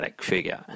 figure